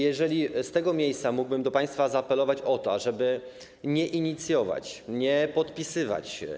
Jeżeli z tego miejsca mógłbym do państwa zaapelować o to, ażeby nie inicjować, nie podpisywać.